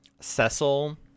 Cecil